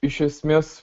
iš esmės